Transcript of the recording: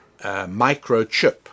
microchip